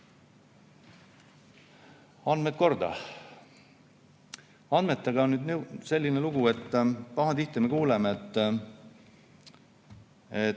Andmed korda. Andmetega on selline lugu, et pahatihti me kuuleme, kas